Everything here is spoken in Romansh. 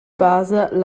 basa